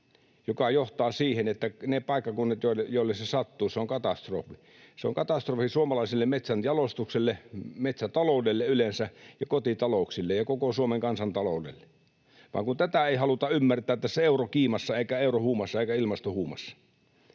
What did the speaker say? mikä johtaa siihen, että niille paikkakunnille, joille se sattuu, se on katastrofi. Se on katastrofi suomalaiselle metsänjalostukselle, metsätaloudelle yleensä, kotitalouksille ja koko Suomen kansantaloudelle. Vaan kun tätä ei haluta ymmärtää tässä eurokiimassa eikä eurohuumassa eikä ilmastohuumassa.